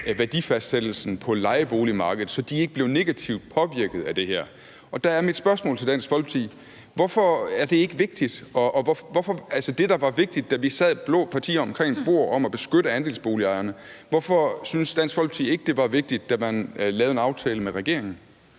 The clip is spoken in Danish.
værdifastsættelsen på lejeboligmarkedet, så de ikke blev negativt påvirket af det her. Og der er mit spørgsmål til Dansk Folkeparti: Hvorfor er det ikke vigtigt? Altså det, der var vigtigt, da vi sad blå partier omkring et bord, om at beskytte andelsboligejerne, hvorfor syntes Dansk Folkeparti ikke, at det var vigtigt, da man lavede en aftale med regeringen?